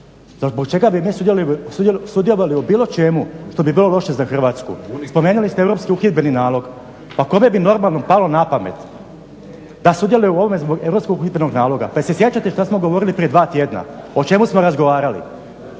Zbog čega bi mi sudjelovali u bilo čemu što bi bilo loše za Hrvatsku? Spomenuli ste Europski uhidbeni nalog pa kome bi normalnom palo napamet da sudjeluje u ovome zbog Europskog uhidbenog naloga. Pa jel se sjećate šta smo govorili prije dva tjedna? O čemu smo razgovarali?